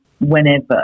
whenever